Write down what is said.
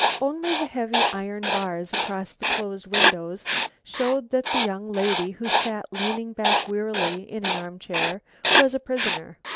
only the heavy iron bars across the closed windows showed that the young lady who sat leaning back wearily in an arm-chair was a prisoner.